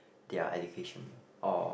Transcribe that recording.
their education or